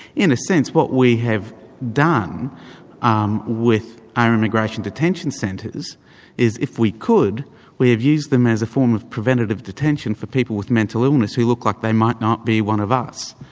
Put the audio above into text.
in a sense, what we have done um with our immigration detention centres is if we could we have used them as a form of preventative detention for people with mental illness who look like they might not be one of us.